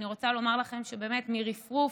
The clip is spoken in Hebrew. אני רוצה לומר לכם שבאמת, מרפרוף,